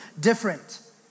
different